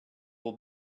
will